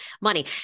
money